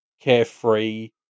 carefree